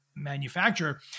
manufacturer